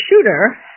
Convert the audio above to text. shooter